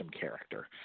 character